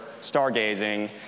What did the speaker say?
stargazing